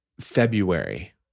February